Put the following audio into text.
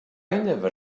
never